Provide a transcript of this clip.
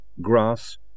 Grass